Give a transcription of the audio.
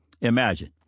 Imagine